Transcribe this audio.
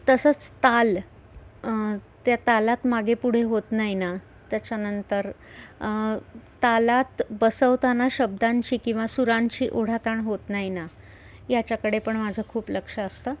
तसंच ताल त्या तालात मागे पुढे होत नाही ना त्याच्यानंतर तालात बसवताना शब्दांची किंवा सुरांची ओढाताण होत नाही ना याच्याकडे पण माझं खूप लक्ष असतं